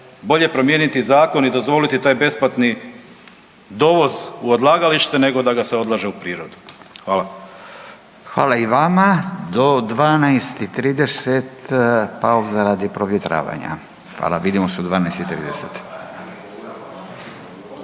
bolje promijeniti zakon i dozvoliti taj besplatni dovoz u odlagalište nego da ga se odlaže u prirodu. Hvala. **Radin, Furio (Nezavisni)** Hvala i vama. Do 12,30 pauza radi provjetravanja. Hvala. Vidimo se u 12,30.